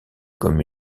comme